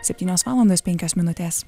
septynios valandos penkios minutės